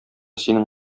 синең